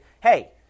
hey